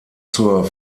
zur